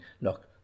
look